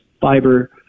fiber